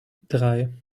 drei